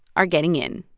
are getting in.